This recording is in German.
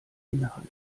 inhalt